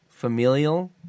Familial